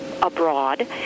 abroad